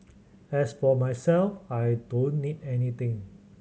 as for myself I don't need anything